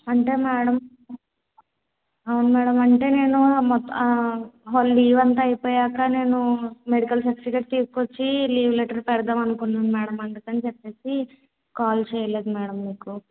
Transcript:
అంటే మేడం అవును మేడం అంటే నేను లీవ్ అంతా అయిపోయాక నేను మెడికల్ సర్టిఫికేట్ తీసుకొచ్చి లీవ్ లెటర్ పెడదాం అనుకున్నాను మేడం అందుకని చెప్పి కాల్ చేయలేదు మేడం మీకు